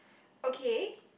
okay